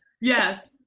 Yes